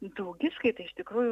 daugiskaita iš tikrųjų